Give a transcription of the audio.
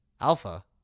Alpha